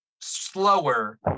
slower